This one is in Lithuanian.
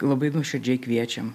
labai nuoširdžiai kviečiam